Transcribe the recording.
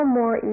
more